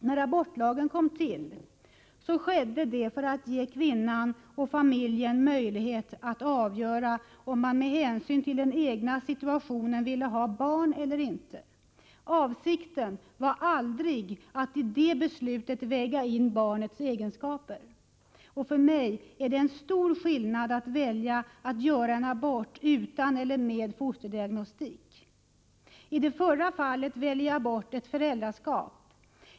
När abortlagen kom till skedde det för att ge kvinnan och familjen möjlighet att avgöra om man med hänsyn till den egna situationen ville ha barn eller inte. Avsikten var aldrig att i det beslutet väga in barnets egenskaper. För mig är det en stor skillnad mellan att välja att göra abort utan eller med fosterdiagnostik. I det förra fallet väljer jag bort ett föräldraskap.